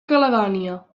caledònia